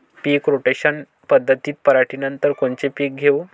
पीक rotation पद्धतीत पराटीनंतर कोनचे पीक घेऊ?